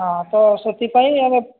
ହଁ ତ ସେଥିପାଇଁ ଏବେ